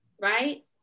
right